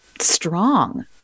strong